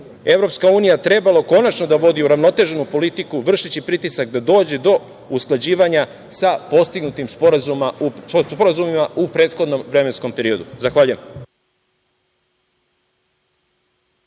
Evropska unija trebalo konačno da vodi uravnoteženu politiku vršeći pritisak da dođe do usklađivanja sa postignutim sporazumima u prethodnom vremenskom periodu? Zahvaljujem.